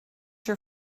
your